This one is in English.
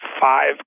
five